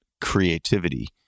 creativity